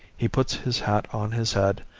he puts his hat on his head,